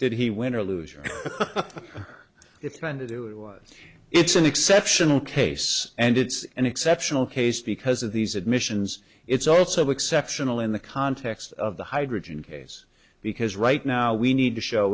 did he win or lose or if trying to do it was it's an exceptional case and it's an exceptional case because of these admissions it's also exceptional in the context of the hydrogen case because right now we need to show